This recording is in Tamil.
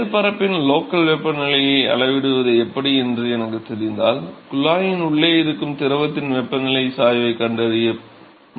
மேற்பரப்பின் லோக்கல் வெப்பநிலையை அளவிடுவது எப்படி என்று எனக்குத் தெரிந்தால் குழாயின் உள்ளே இருக்கும் திரவத்தின் வெப்பநிலை சாய்வைக் கண்டறிய முடியும்